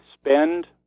spend